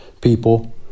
people